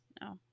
no